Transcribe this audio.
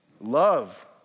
Love